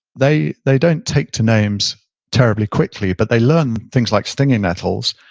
they they don't take to names terribly quickly, but they learn things like stinger nettles,